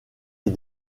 est